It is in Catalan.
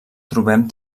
trobem